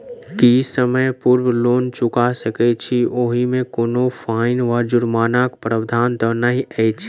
की समय पूर्व लोन चुका सकैत छी ओहिमे कोनो फाईन वा जुर्मानाक प्रावधान तऽ नहि अछि?